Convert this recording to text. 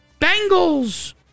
Bengals